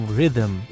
Rhythm